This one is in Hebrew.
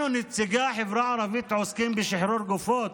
אנחנו, נציגי החברה הערבית, עוסקים בשחרור גופות.